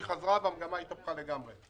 היא חזרה והמגמה התהפכה לגמרי.